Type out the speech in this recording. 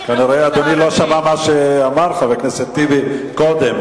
כנראה אדוני לא שמע מה שאמר חבר הכנסת טיבי קודם.